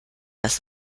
dass